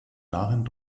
darin